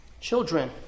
Children